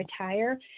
retire